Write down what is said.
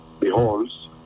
beholds